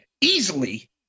easily